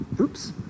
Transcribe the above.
Oops